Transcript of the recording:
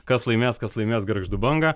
kas laimės kas laimės gargždų banga